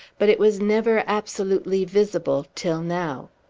but it was never absolutely visible till now.